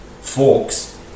forks